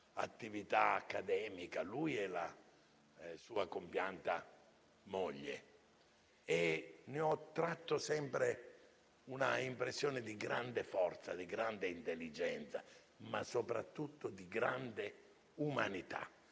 attività accademica, lui insieme alla sua compianta moglie, e ne ho tratto sempre un'impressione di grande forza, di grande intelligenza, ma soprattutto di grande umanità.